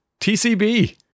TCB